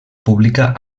pública